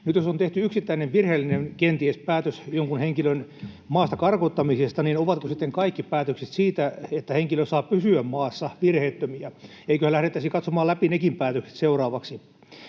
jos on tehty yksittäinen — kenties — virheellinen päätös jonkun henkilön maasta karkottamisesta, niin ovatko sitten kaikki päätökset siitä, että henkilö saa pysyä maassa, virheettömiä? Eiköhän lähdettäisi katsomaan läpi nekin päätökset seuraavaksi?